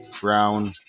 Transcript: Brown